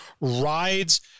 rides –